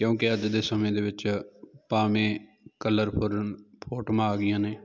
ਕਿਉਂਕਿ ਅੱਜ ਦੇ ਸਮੇਂ ਦੇ ਵਿੱਚ ਭਾਵੇਂ ਕਲਰ ਪਰ ਫੋਟਮਾ ਆ ਗਈਆਂ ਨੇ